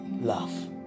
love